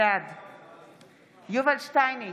בעד יובל שטייניץ,